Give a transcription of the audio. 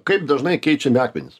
kad dažnai keičiami akmenis